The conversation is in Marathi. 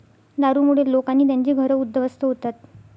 दारूमुळे लोक आणि त्यांची घरं उद्ध्वस्त होतात